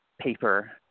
paper